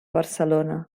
barcelona